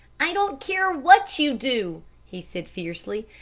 i don't care what you do! he said fiercely.